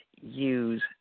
use